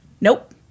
nope